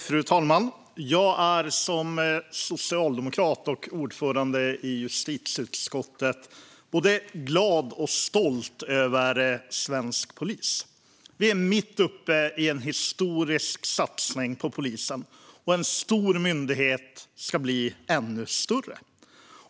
Fru talman! Jag är som socialdemokrat och ordförande i justitieutskottet både glad och stolt över svensk polis. Vi är mitt uppe i en historisk satsning på polisen. En stor myndighet ska bli ännu större.